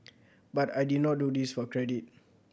but I did not do this for credit